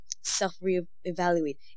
self-re-evaluate